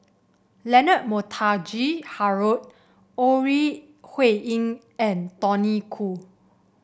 Leonard Montague Harrod Ore Huiying and Tony Khoo